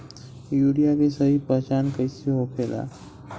Urea के सही पहचान कईसे होखेला?